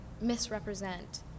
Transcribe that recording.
Misrepresent